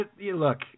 look